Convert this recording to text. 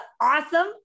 awesome